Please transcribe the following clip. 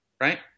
Right